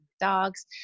dogs